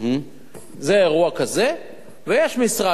זה אירוע כזה ויש משרד,